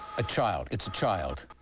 a child. it's a child.